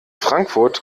frankfurt